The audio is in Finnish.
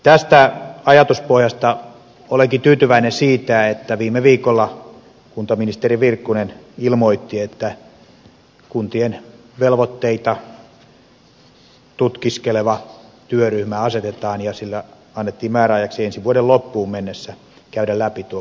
tästä ajatuspohjasta olenkin tyytyväinen siitä että viime viikolla kuntaministeri virkkunen ilmoitti että kuntien velvoitteita tutkiskeleva työryhmä asetetaan ja sille annettiin määräajaksi ensi vuoden loppuun mennessä käydä läpi tuo kuntien palveluvelvoite